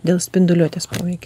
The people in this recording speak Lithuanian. dėl spinduliuotės poveikio